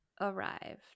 arrived